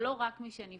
זה לא רק מי שנבחר,